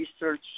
research